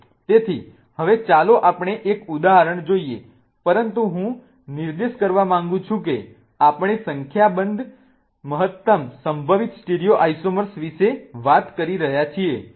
તેથી હવે ચાલો આપણે એક ઉદાહરણ જોઈએ પરંતુ હું નિર્દેશ કરવા માંગુ છું કે આપણે સંખ્યાબંધ મહત્તમ સંભવિત સ્ટીરિયોઆઈસોમર્સ વિશે વાત કરી રહ્યા છીએ